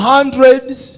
Hundreds